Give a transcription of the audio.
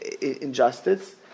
injustice